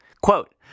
Quote